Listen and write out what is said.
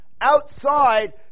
outside